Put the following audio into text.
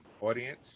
audience